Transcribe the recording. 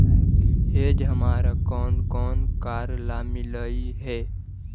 hedge हमारा कौन कौन कार्यों ला मिलई हे